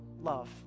love